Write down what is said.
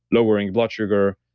lowering blood sugar,